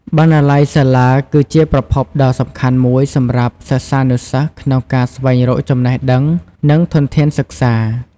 បណ្ណាល័យសាលាគឺជាប្រភពដ៏សំខាន់មួយសម្រាប់សិស្សានុសិស្សក្នុងការស្វែងរកចំណេះដឹង និងធនធានសិក្សា។